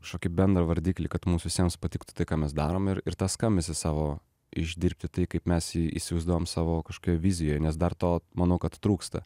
kažkokį bendrą vardiklį kad mums visiems patiktų tai ką mes darom ir ir tą skambesį savo išdirbti tai kaip mes jį įsivaizduojam savo kažkokioj vizijoj nes dar to manau kad trūksta